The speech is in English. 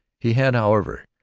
he had, however,